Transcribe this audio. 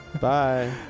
Bye